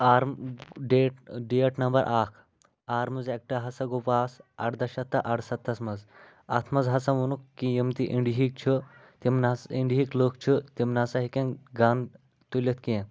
آرم date date number اَکھ arms ایٚکٹہٕ ہسا گوٚو پاس اَڑداہ شیٚتھ تہٕ اَڑٕسَتس منٛز اَتھ منٛز ہسا ووٚنُکھ کہِ یِم تہِ اِنڈِہٕکۍ چھِ تِم نسا اِنڈہٕکۍ لُکھ چھِ تِم نسا ہیٚکٮ۪ن گَن تُلِتھ کیٚنٛہہ